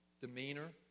demeanor